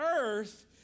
earth